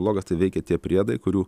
blogas tai veikia tie priedai kurių